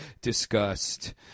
discussed